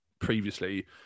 previously